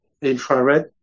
infrared